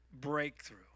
Breakthrough